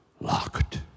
locked